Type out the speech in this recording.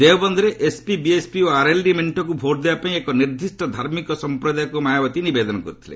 ଦେଓବନ୍ଦ୍ରେ ଏସ୍ପିବିଏସ୍ପି ଓ RLD ମେଣ୍ଟକୁ vote ଦେବା ପାଇଁ ଏକ ନିର୍ଦ୍ଦିଷ୍ଟ ଧାର୍ମିକ ସଂପ୍ରଦାୟକୁ ମାୟାବତୀ ନିବେଦନ କରିଥିଲେ